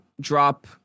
drop